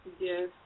Yes